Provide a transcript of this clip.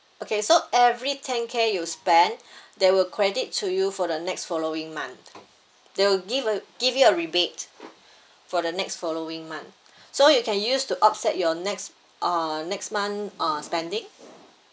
okay so every ten K you spend they will credit to you for the next following month they will give uh give you a rebate for the next following month so you can use to offset your next uh next month uh spending